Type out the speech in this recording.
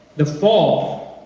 the fall,